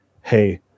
hey